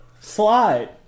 slide